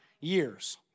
years